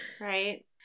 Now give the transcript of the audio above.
Right